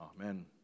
Amen